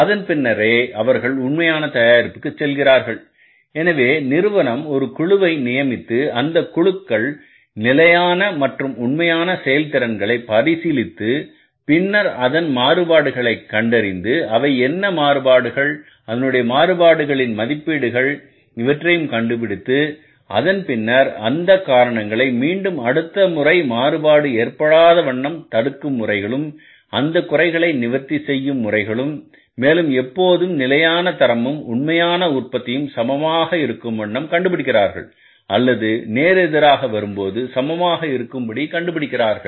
அதன்பின்னரே அவர்கள் உண்மையான தயாரிப்புக்கு செல்கிறார்கள் எனவே நிறுவனம் ஒரு குழுவை நியமித்து அந்தக் குழுக்கள் நிலையான மற்றும் உண்மையான செயல் திறன்களை பரிசீலித்து பின்னர் அதன் மாறுபாடுகளை கண்டறிந்து அவை என்ன மாறுபாடுகள் அதனுடைய மாறுபாடுகளின் மதிப்பீடுகள் இவற்றையும் கண்டறிந்து அதன் பின்னர் அந்த காரணங்களை மீண்டும் அடுத்த முறை மாறுபாடு ஏற்படாத வண்ணம் தடுக்கும் முறைகளும் அந்த குறைகளை நிவர்த்தி செய்யும் முறைகளும் மேலும் எப்போதும் நிலையான தரமும் உண்மையான உற்பத்தியும் சமமாக இருக்கும் வண்ணம் கண்டுபிடிக்கிறார்கள்அல்லது நேர் எதிராகவும் வரும்போது சமமாக இருக்கும்படி கண்டுபிடிக்கிறார்கள்